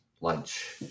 lunch